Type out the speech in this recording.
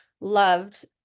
loved